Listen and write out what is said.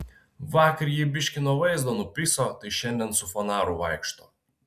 vakar jį biškį nuo vaizdo nupiso tai šiandien su fanaru vaikšto